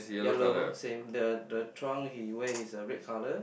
yellow same the trunk he wear is the red colour